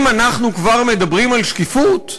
אם אנחנו כבר מדברים על שקיפות,